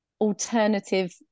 alternative